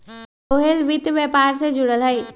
सोहेल वित्त व्यापार से जुरल हए